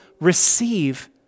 receive